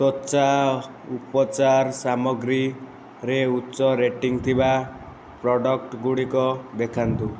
ତ୍ଵଚା ଉପଚାର୍ ସାମଗ୍ରୀ ରେ ଉଚ୍ଚ ରେଟିଂ ଥିବା ପ୍ରଡ଼କ୍ଟ୍ ଗୁଡ଼ିକ ଦେଖାନ୍ତୁ